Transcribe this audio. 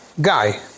guy